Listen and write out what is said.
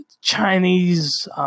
Chinese